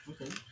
Okay